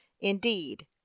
Indeed